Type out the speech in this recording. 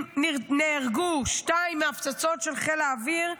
נהרגו: שניים מההפצצות של חיל האוויר,